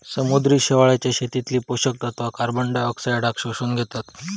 समुद्री शेवाळाच्या शेतीतली पोषक तत्वा कार्बनडायऑक्साईडाक शोषून घेतत